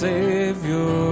Savior